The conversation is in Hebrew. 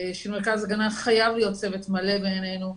של מרכז ההגנה חייב להיות צוות מלא בעינינו,